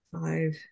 five